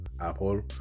Apple